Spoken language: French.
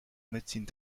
médecine